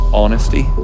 honesty